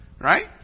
Right